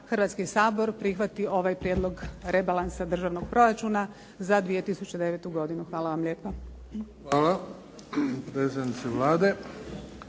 Hrvatski sabor prihvati ovaj Prijedlog rebalansa državnog proračuna za 2009. godinu. Hvala vam lijepa. **Bebić,